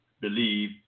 believe